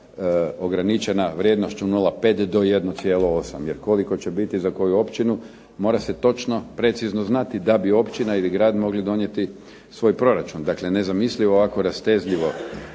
ograničena vrijednošću 0,5 do 1,8 jer koliko će biti za koju općinu mora se točno precizno znati da bi općina ili grad mogli donijeti svoj proračun, dakle nezamislivo ovako rastezljivo